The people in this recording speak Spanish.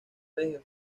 desde